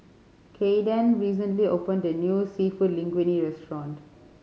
Caiden recently opened the new Seafood Linguine Restaurant